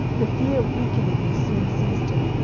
the fear of weakening me soon seized her,